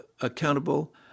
accountable